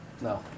no